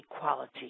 equality